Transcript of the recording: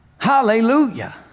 Hallelujah